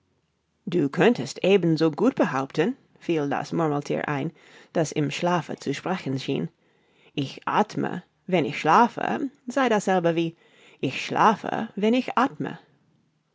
du könntest eben so gut behaupten fiel das murmelthier ein das im schlafe zu sprechen schien ich athme wenn ich schlafe sei dasselbe wie ich schlafe wenn ich athme